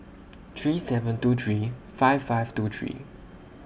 three seven two three five five two three